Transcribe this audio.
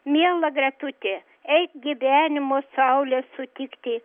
miela gretutė eik gyvenimo saulės sutikti